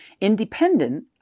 Independent